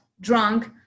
drunk